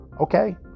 Okay